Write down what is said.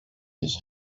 his